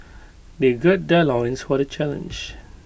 they gird their loins for the challenge